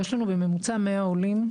יש לנו בממוצע 100 עולים,